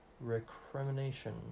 Recrimination